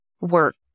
work